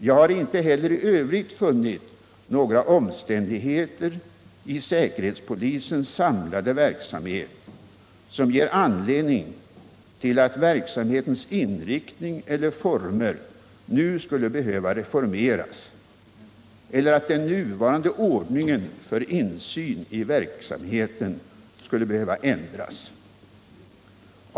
Jag har inte heller i övrigt funnit några omständigheter i säkerhetspolisens samlade verksamhet som ger anledning till att verksamhetens inriktning eller former nu skulle behöva reformeras eller att den nuvarande ordningen för insyn i verksamheten skulle behöva ändras.